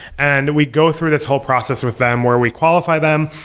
and we go through this whole process with them, where we qualify them,